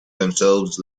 themselves